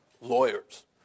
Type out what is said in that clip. lawyers